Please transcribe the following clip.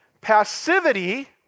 Passivity